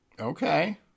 Okay